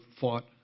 fought